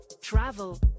travel